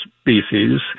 species